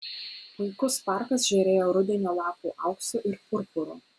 puikus parkas žėrėjo rudenio lapų auksu ir purpuru